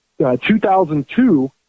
2002